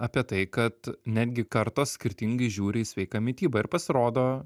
apie tai kad netgi kartos skirtingai žiūri į sveiką mitybą ir pasirodo